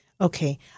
Okay